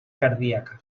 cardíaca